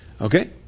Okay